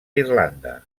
irlanda